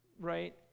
Right